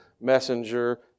messenger